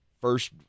First